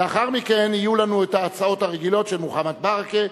לאחר מכן יהיו לנו ההצעות הרגילות של מוחמד ברכה,